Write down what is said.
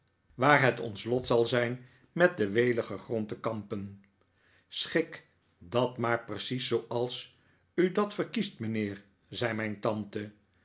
waar het ons lot zal zijn met den weligen grond te kampen schik dat maar precies zooals u dat verkiest mijnheer zei mijn tante